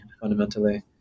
fundamentally